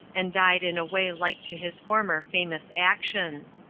and died in a way like to his former famous actions.